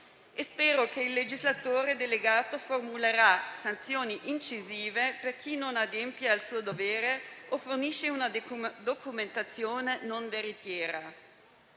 Spero che il legislatore delegato formulerà sanzioni incisive per chi non adempie al suo dovere o fornisce una documentazione non veritiera.